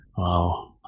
Wow